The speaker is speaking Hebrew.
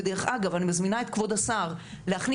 ודרך אגב אני מזמינה את כבוד השר להכניס